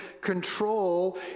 control